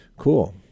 Cool